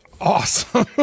awesome